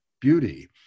beauty